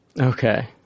Okay